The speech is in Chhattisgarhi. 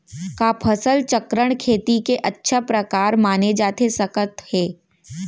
का फसल चक्रण, खेती के अच्छा प्रकार माने जाथे सकत हे?